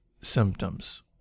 symptoms